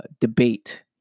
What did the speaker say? debate